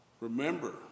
Remember